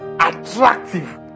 attractive